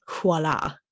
voila